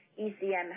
ECM